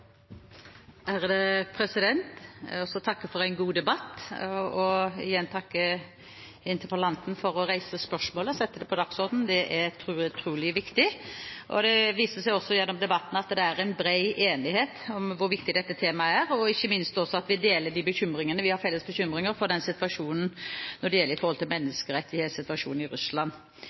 Jeg vil også takke for en god debatt og igjen takke interpellanten for å reise spørsmålet og sette det på dagsordenen. Det er utrolig viktig. Det viser seg også gjennom debatten at det er en bred enighet om hvor viktig dette temaet er, og ikke minst at vi deler de felles bekymringene vi har for menneskerettighetssituasjonen i Russland. Det er viktig for